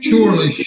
Surely